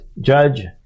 judge